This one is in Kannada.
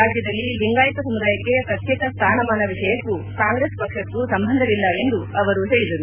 ರಾಜ್ಯದಲ್ಲಿ ಲಿಂಗಾಯಿತ ಸಮುದಾಯಕ್ಕೆ ಪ್ರತ್ಯೇಕ ಸ್ಥಾನ ಮಾನ ವಿಷಯಕ್ಕೂ ಕಾಂಗ್ರೆಸ್ ಪಕ್ಷಕ್ಕೂ ಸಂಬಂಧವಿಲ್ಲ ಎಂದು ಅವರು ಹೇಳಿದರು